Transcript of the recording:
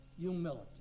humility